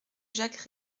jacques